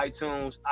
iTunes